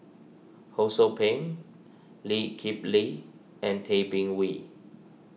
Ho Sou Ping Lee Kip Lin and Tay Bin Wee